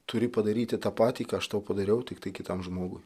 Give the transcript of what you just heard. turi padaryti tą patį ką aš tau padariau tiktai kitam žmogui